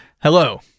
Hello